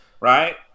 right